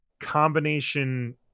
combination